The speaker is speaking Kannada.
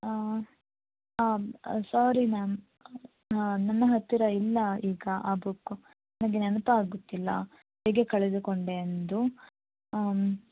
ಸೋರಿ ಮ್ಯಾಮ್ ನನ್ನ ಹತ್ತಿರ ಇಲ್ಲ ಈಗ ಆ ಬುಕ್ಕು ನನಗೆ ನೆನಪಾಗುತ್ತಿಲ್ಲ ಹೇಗೆ ಕಳೆದುಕೊಂಡೆ ಎಂದು